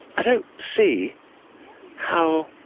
i don't see how